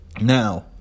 now